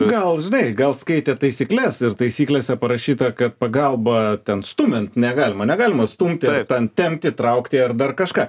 gal žinai gal skaitė taisykles taisyklėse parašyta kad pagalba ten stumiant negalima negalima stumti ten tempti traukti ar dar kažką